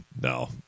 no